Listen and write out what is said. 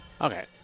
Okay